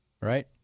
right